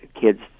kids